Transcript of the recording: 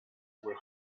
were